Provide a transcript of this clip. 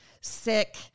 Sick